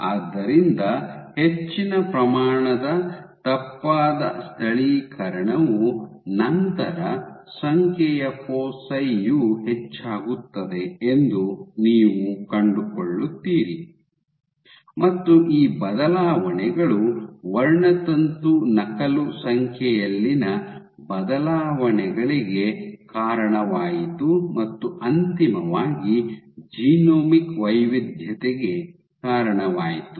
ಆದ್ದರಿಂದ ಹೆಚ್ಚಿನ ಪ್ರಮಾಣದ ತಪ್ಪಾದ ಸ್ಥಳೀಕರಣವು ನಂತರ ಸಂಖ್ಯೆಯ ಫೋಸಿ ಯು ಹೆಚ್ಚಾಗುತ್ತದೆ ಎಂದು ನೀವು ಕಂಡುಕೊಳ್ಳುತ್ತೀರಿ ಮತ್ತು ಈ ಬದಲಾವಣೆಗಳು ವರ್ಣತಂತು ನಕಲು ಸಂಖ್ಯೆಯಲ್ಲಿನ ಬದಲಾವಣೆಗಳಿಗೆ ಕಾರಣವಾಯಿತು ಮತ್ತು ಅಂತಿಮವಾಗಿ ಜೀನೋಮಿಕ್ ವೈವಿಧ್ಯತೆಗೆ ಕಾರಣವಾಯಿತು